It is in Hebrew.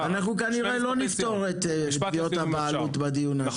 --- אנחנו כנראה לא נפתור את תביעות הבעלות בדיון הזה.